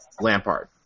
Lampard